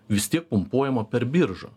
vis tiek pumpuojama per biržą